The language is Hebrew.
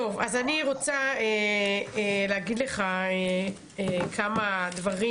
אני רוצה להגיד לך כמה דברים.